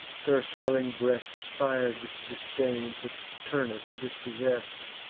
her swelling breast fir'd with disdain for turnus dispossess'd,